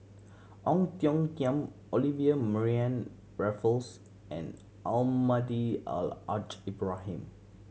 Ong Tiong Khiam Olivia Mariamne Raffles and Almahdi Al Haj Ibrahim